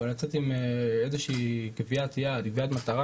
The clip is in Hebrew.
אבל לצאת עם איזו שהיא קביעת יעד,